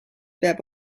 peab